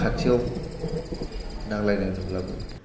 खाथियाव नांज्लायनाय नुब्लाबो